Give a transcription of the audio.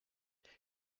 day